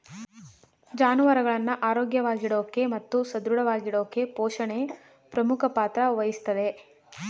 ಜಾನುವಾರುಗಳನ್ನ ಆರೋಗ್ಯವಾಗಿಡೋಕೆ ಮತ್ತು ಸದೃಢವಾಗಿಡೋಕೆಪೋಷಣೆ ಪ್ರಮುಖ ಪಾತ್ರ ವಹಿಸ್ತದೆ